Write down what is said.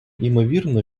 імовірно